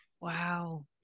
Wow